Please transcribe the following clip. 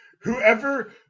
whoever